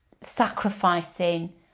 sacrificing